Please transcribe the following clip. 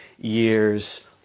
years